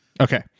Okay